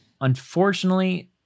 unfortunately